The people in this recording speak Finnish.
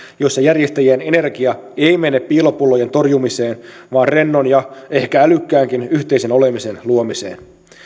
joissa järjestäjien energia ei mene piilopullojen torjumiseen vaan rennon ja ehkä älykkäänkin yhteisen olemisen luomiseen